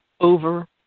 over